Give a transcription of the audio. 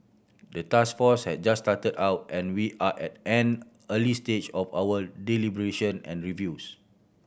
the task force has just started and we are at an early stage of our deliberation and reviews